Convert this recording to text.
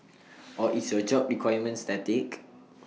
or is your job requirement static